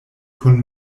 kun